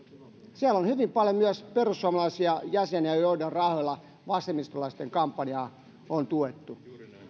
siellä on hyvin paljon myös perussuomalaisia jäseniä joiden rahoilla vasemmistolaisten kampanjaa on tuettu